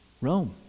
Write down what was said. Rome